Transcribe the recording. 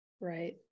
Right